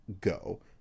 go